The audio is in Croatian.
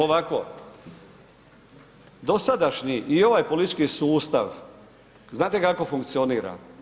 Ovako, dosadašnji i ovaj politički sustav znate kako funkcionira?